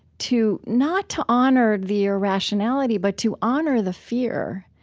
to not to honor the irrationality, but to honor the fear,